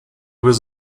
was